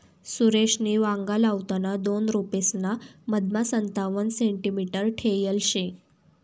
सुरेशनी वांगा लावताना दोन रोपेसना मधमा संतावण सेंटीमीटर ठेयल शे